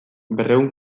berrehun